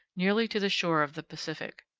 nearly to the shore of the pacific.